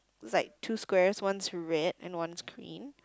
it's like two squares one's red and one's green